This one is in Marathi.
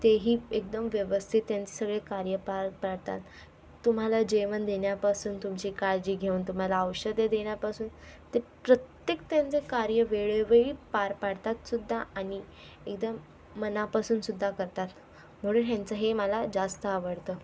तेही एकदम व्यवस्थित त्यांचे सगळे कार्य पार पाडतात तुम्हाला जेवण देण्यापासून तुमची काळजी घेऊन तुम्हाला औषधं देण्यापासून ते प्रत्येक त्यांचं कार्य वेळोवेळी पार पाडतातसुद्धा आणि एकदम मनापासूनसुद्धा करतात म्हणून ह्यांचं हे मला जास्त आवडतं